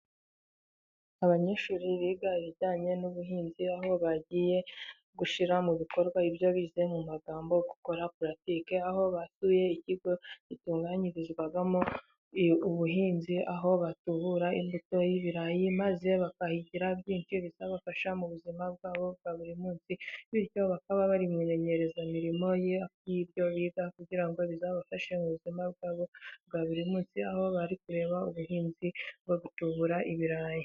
abanyeshuri biga ibijyanye n'ubuhinzi, aho bagiye gushyira mu bikorwa ibyo bize mu magambo gukora paratike, aho basuye ikigo gitunganyirizwamo ubuhinzi, aho batubura imbuto y'ibirayi maze bakahigira byinshi bizabafasha mu buzima bwabo bwa buri munsi. Bityo bakaba bari mu imenyerezamirimo y'ibyo biga, kugira ngo bizabafashe mu buzima bwabo bwa buri munsi, aho bari kureba ubuhinzi bwo gutubura ibirayi.